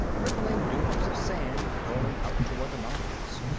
rippling dunes of sand curling out toward the mountains.